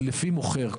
לפני מוכר.